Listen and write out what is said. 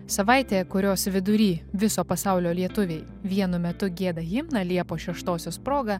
savaitė kurios vidury viso pasaulio lietuviai vienu metu gieda himną liepos šeštosios proga